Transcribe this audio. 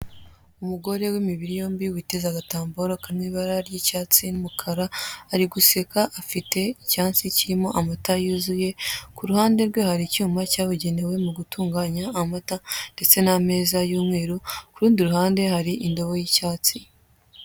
Umugore w'imibiri yombi witeze agatambaro karimo ibara ry'icyatsi n'umukara, ari guseka afite icyansi kirimo amata yuzuye, ku ruhande rwe hari icyuma cyabugenewe mu gutunganya amata ndetse n'ameza y'umweru, ku rundi ruhande hari indobo y'icyatsi.